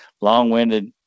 long-winded